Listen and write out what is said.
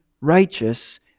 righteous